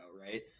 right